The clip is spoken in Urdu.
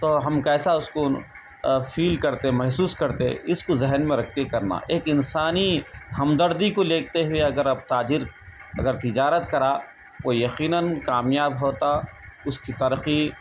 تو ہم کیسا اس کو فیل کرتے محسوس کرتے اس کو ذہن میں رکھ کے کرنا ایک انسانی ہمدردی کو لیتے ہوئے اگر آپ تاجر اگر تجارت کرا وہ یقیناً کامیاب ہوتا اس کی ترقی